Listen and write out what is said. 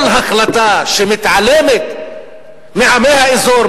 כל החלטה שמתעלמת מעמי האזור,